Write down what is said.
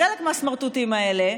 חלק מהסמרטוטים האלה,